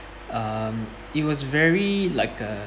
um it was very like uh